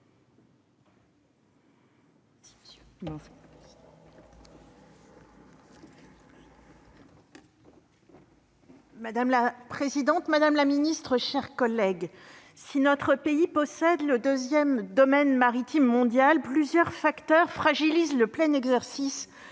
Madame la présidente, madame la ministre, chers collègues, si notre pays possède le 2ème domaine maritime mondial, plusieurs facteurs fragilisent le plein exercice